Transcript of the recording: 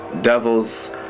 devils